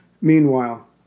Meanwhile